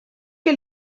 que